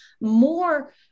more